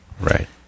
Right